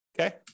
okay